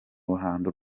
ruhando